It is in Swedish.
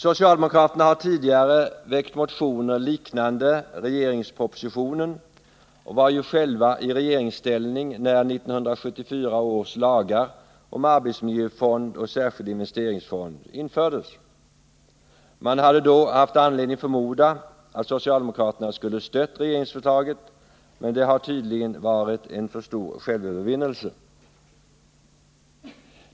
Socialdemokraterna har tidigare väckt motioner liknande regeringspropositionen och. var ju själva i regeringsställning när 1974 års lagar om arbetsmiljöfond och särskild investeringsfond infördes. Man hade då haft anledning förmoda att socialdemokraterna skulle ha stött regeringsförslaget, men det har tydligen varit en alltför stor självövervinnelse.